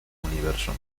universo